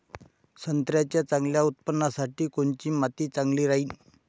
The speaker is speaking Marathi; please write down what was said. संत्र्याच्या चांगल्या उत्पन्नासाठी कोनची माती चांगली राहिनं?